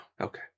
Okay